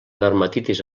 dermatitis